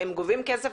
הם גובים כסף,